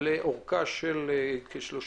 הצעה זו כוללת בקשה